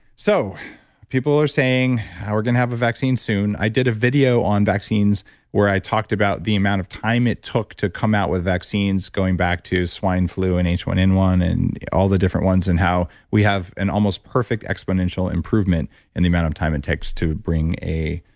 so people are saying how we're going to have a vaccine soon. i did a video on vaccines where i talked about the amount of time it took to come out with vaccines, going back to swine flu and h one n one and all the different ones and how we have an almost perfect exponential improvement in the amount of time it takes to bring a